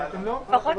אם כך,